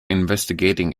investigating